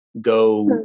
go